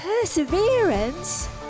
perseverance